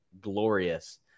glorious